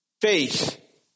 faith